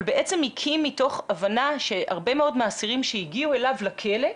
אבל הוא הקים מתוך הבנה שהרבה מאוד מהאסירים הגיעו אליו לכלא,